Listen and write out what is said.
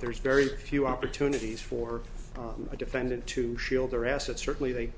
there's very few opportunities for a defendant to shield their assets certainly they